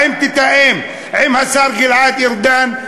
האם תתאם עם השר גלעד ארדן?